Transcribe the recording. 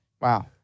Wow